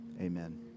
Amen